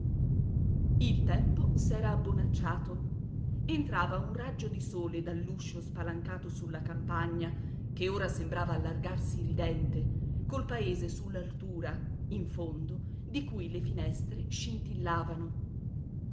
il tempo s'era abbonacciato entrava un raggio di sole dall'uscio spalancato sulla campagna che ora sembrava allargarsi ridente col paese sull'altura in fondo di cui le finestre